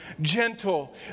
Gentle